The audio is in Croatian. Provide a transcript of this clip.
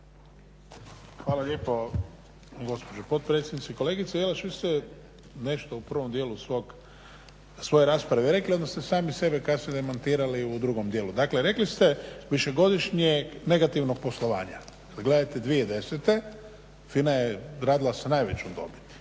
Hvala lijepo gospođo potpredsjednice. Kolegice Jelaš, vi ste nešto u prvom dijelu svoje rasprave rekli, onda ste sami sebe kasnije demantirali u drugom dijelu. Dakle rekli ste višegodišnjeg negativnog poslovanja. Gledajte, 2010. FINA je radila sa najvećom dobiti,